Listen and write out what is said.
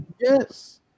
Yes